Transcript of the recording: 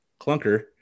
clunker